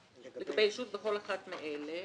לגבי ישות, בכל אחת מאלה: